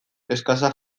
eskasak